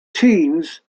teens